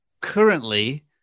currently